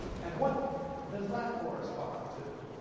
and what does that correspond to?